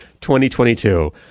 2022